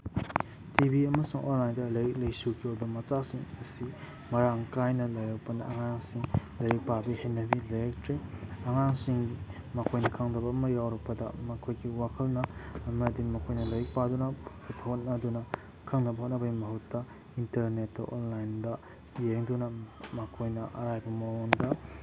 T V ꯑꯃꯁꯨꯡ ꯑꯣꯟꯂꯥꯏꯟꯗ ꯂꯥꯏꯔꯤꯛ ꯂꯥꯏꯁꯨꯒꯤ ꯑꯣꯏꯕ ꯃꯆꯥꯛꯁꯤꯡ ꯑꯁꯤ ꯃꯔꯥꯡ ꯀꯥꯏꯅ ꯂꯩꯔꯛꯄꯅ ꯑꯉꯥꯡꯁꯤꯡ ꯂꯥꯏꯔꯤꯛ ꯄꯥꯕꯒꯤ ꯍꯩꯅꯕꯤ ꯂꯩꯔꯛꯇ꯭ꯔꯦ ꯑꯉꯥꯡꯁꯤꯡ ꯃꯈꯣꯏꯅ ꯈꯪꯗꯕ ꯑꯃ ꯌꯥꯎꯔꯛꯄꯗ ꯃꯈꯣꯏꯒꯤ ꯋꯥꯈꯜꯅ ꯑꯃꯗꯤ ꯃꯈꯣꯏꯅ ꯂꯥꯏꯔꯤꯛ ꯄꯥꯗꯨꯅ ꯄꯨꯊꯣꯛꯑꯗꯨꯅ ꯈꯪꯅꯕꯒꯤ ꯍꯣꯠꯅꯕꯒꯤ ꯃꯍꯨꯠꯇ ꯏꯟꯇꯔꯅꯦꯠꯇ ꯑꯣꯟꯂꯥꯏꯟꯗ ꯌꯦꯡꯗꯨꯅ ꯃꯈꯣꯏꯅ ꯑꯔꯥꯏꯕ ꯃꯑꯣꯡꯗ